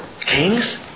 kings